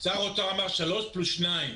שר האוצר אמר שלוש פלוס שתיים,